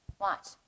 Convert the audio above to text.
Watch